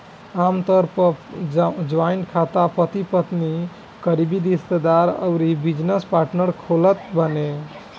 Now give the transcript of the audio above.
आमतौर पअ जॉइंट खाता पति पत्नी, करीबी रिश्तेदार अउरी बिजनेस पार्टनर खोलत बाने